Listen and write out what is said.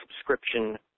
subscription